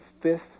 fifth